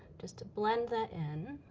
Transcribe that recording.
just to blend that in.